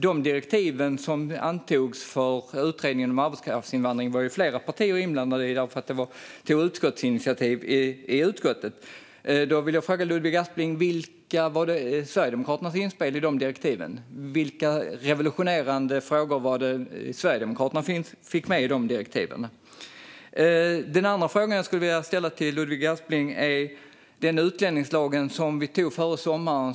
De direktiv som antogs för utredningen om arbetskraftsinvandring var flera partier inblandade i, för det handlade om ett utskottsinitiativ. Jag vill därför fråga Ludvig Aspling: Vilka var Sverigedemokraternas inspel i direktiven? Vilka revolutionerande frågor var det Sverigedemokraterna fick med i dem? Den andra fråga jag skulle vilja ställa till Ludvig Aspling gäller den utlänningslag som vi antog före sommaren.